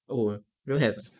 oh don't have eh